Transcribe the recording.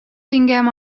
tinguem